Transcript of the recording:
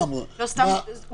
מבחינתנו --- שאלתי אותך סתם -- הוא